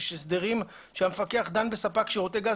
יש הסדרים שהמפקח דן בספק שירותי גז.